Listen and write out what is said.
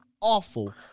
awful